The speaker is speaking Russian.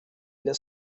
для